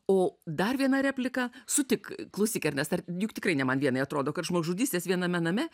o dar viena replika sutik klausyk ernestai juk tikrai ne man vienai atrodo kad žmogžudystės viename name